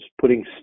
putting